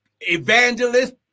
evangelist